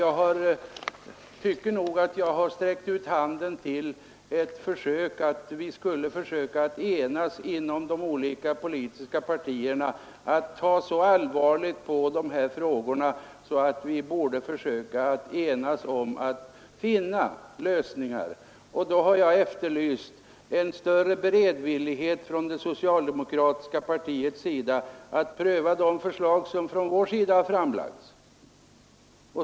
Ja, jag tycker att jag har sträckt ut handen i ett försök att enas inom de olika politiska partierna, så att vi kan ta allvarligt på frågorna och enas om lösningarna. Och då har jag efterlyst en större beredvillighet från det socialdemokratiska partiets sida att pröva de förslag som vi har lagt fram.